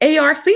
ARC